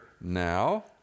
now